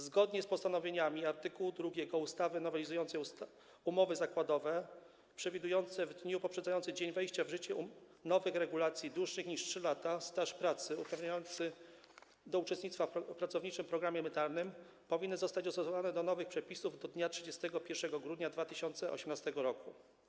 Zgodnie z postanowieniami art. 2 ustawy nowelizującej umowy zakładowe przewidujące w dniu poprzedzającym dzień wejścia w życie nowych regulacji dłuższy niż 3 lata staż pracy uprawniający do uczestnictwa w pracowniczym programie emerytalnym powinny zostać dostosowane do nowych przepisów do dnia 31 grudnia 2018 r.